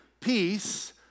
Peace